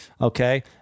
Okay